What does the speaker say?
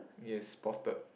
yes spotted